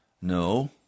No